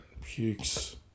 pukes